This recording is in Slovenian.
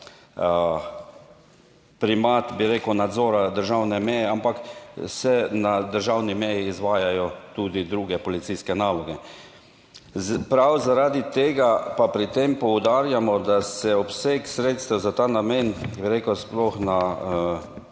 primat, bi rekel, nadzora državne meje, ampak se na državni meji izvajajo tudi druge policijske naloge. Prav, zaradi tega pa pri tem poudarjamo, da se obseg sredstev za ta namen, bi rekel sploh